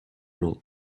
long